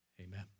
Amen